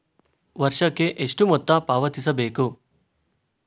ವರ್ಷಕ್ಕೆ ಎಷ್ಟು ಮೊತ್ತ ಪಾವತಿಸಬೇಕು?